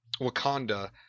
Wakanda